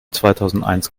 zweitausendeins